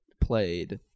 played